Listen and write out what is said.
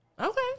Okay